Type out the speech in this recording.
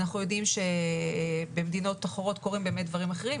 אנחנו יודעים שבמדינות אחרות קורים באמת דברים אחרים,